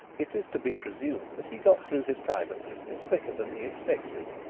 it is to be presumed that he got through his private business quicker than he expected,